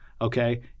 okay